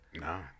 No